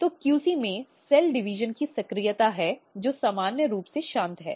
तो QC में cell division की सक्रियता है जो सामान्य रूप से शांत है